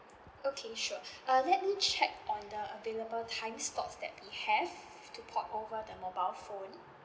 okay sure uh let me check on the available time slots that we have to port over the mobile phone